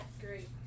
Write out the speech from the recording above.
Great